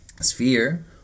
sphere